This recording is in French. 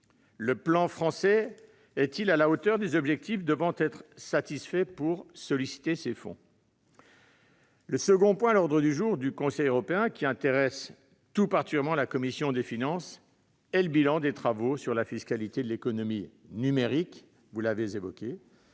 Le plan français est-il à la hauteur des objectifs devant être satisfaits pour solliciter les fonds ? Le second point à l'ordre du jour du Conseil européen qui intéresse tout particulièrement la commission des finances est le bilan des travaux sur la fiscalité de l'économie numérique, lequel